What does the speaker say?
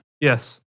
Yes